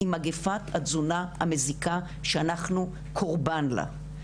עם מגפת התזונה המזיקה שאנחנו קורבן לה.